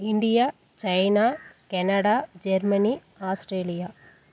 India China Canada Germany Australia